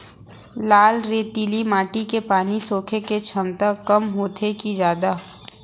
लाल रेतीली माटी के पानी सोखे के क्षमता कम होथे की जादा?